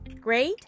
Great